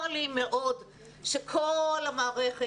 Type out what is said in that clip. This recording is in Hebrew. צר לי מאוד שכל המערכת,